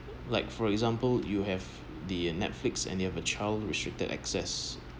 like for example you have the netflix and you have a child restricted access